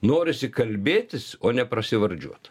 norisi kalbėtis o neprasivardžiuoti